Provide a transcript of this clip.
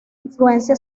influencia